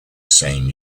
same